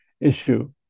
issue